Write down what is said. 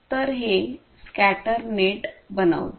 तर हे scatter net बनवते